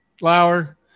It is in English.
Lauer